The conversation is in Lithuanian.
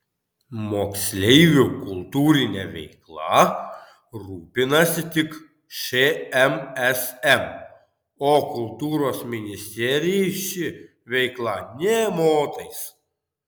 moksleivių kultūrine veikla rūpinasi tik šmsm o kultūros ministerijai ši veikla nė motais